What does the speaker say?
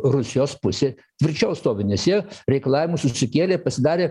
rusijos pusė tvirčiau stovi nes jie reikalavimus užsikėlė pasidarė